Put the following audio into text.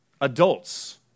adults